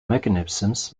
mechanisms